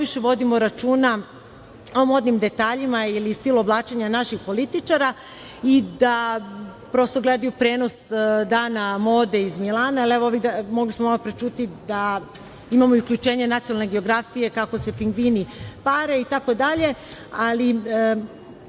najviše vodimo računa o modnim detaljima ili stilu oblačenja naših političara i da prosto gledaju prenos dana mode iz Milana. Mogli smo malopre čuti da imamo i uključenje Nacionalne geografije, kako se pingvini pare itd.